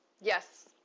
Yes